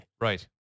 Right